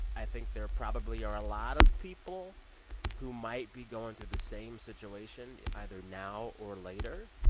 i think there probably are a lot of people who might be going through the same situation either now or later.